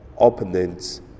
opponents